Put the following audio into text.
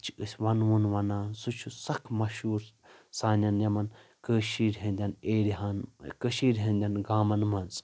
تتھ چھِ أسۍ ؤنٕوُن ونان سُہ چھُ سکھ مشہوٗر سانٮ۪ن یِمن کٲشِر ہٕندٮ۪ن ایرِیاہن کٔشیٖرِ ہٕندٮ۪ن گامَن منٛز